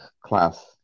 class